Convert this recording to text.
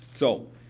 so,